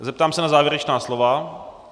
Zeptám se na závěrečná slova.